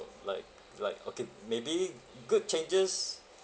like like okay maybe good changes